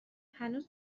هنوز